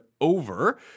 over